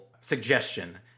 suggestion